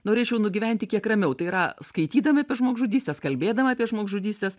norėčiau nugyventi kiek ramiau tai yra skaitydama apie žmogžudystes kalbėdama apie žmogžudystes